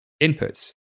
inputs